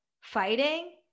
fighting